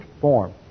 form